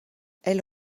elle